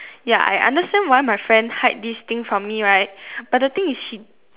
ya I understand why my friend hide this thing from me right but the thing is she